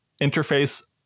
interface